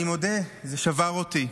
אני מודה, זה שבר אותי.